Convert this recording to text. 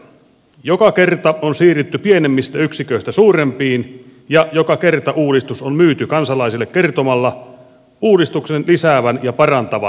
joka kerta on siirrytty pienemmistä yksiköistä suurempiin ja joka kerta uudistus on myyty kansalaisille kertomalla uudistuksen lisäävän ja parantavan poliisipalveluja